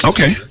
Okay